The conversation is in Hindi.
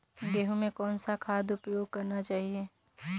गेहूँ में कौन सा खाद का उपयोग करना चाहिए?